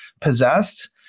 possessed